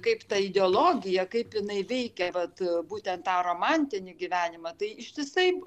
kaip ta ideologija kaip jinai veikė vat būtent tą romantinį gyvenimą tai ištisai